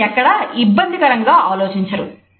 దీన్ని ఎక్కడ ఇబ్బందికరంగా ఆలోచించరు